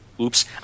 oops